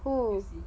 who